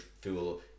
fuel